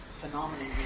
phenomenon